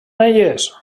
elles